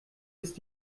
ist